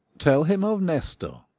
tell him of nestor,